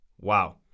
Wow